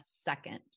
second